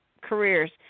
careers